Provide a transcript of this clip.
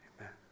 Amen